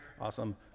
awesome